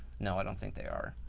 no, i don't think they are.